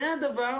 זה הדבר,